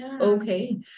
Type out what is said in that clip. okay